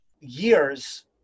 years